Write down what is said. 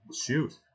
Shoot